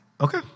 Okay